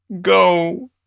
go